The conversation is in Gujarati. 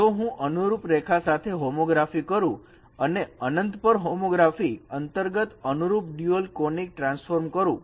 જો હું અનુરૂપ રેખા સાથે હોમોગ્રાફી કરું અને અનંત પર હોમોગ્રાફી અંતર્ગત અનુરૂપ ડ્યુઅલ કોનીક ટ્રાન્સફોર્મ કરું